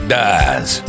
dies